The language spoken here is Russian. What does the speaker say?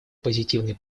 позитивные